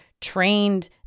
trained